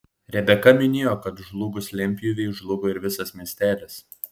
rebeka minėjo kad žlugus lentpjūvei žlugo ir visas miestelis